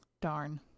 Darn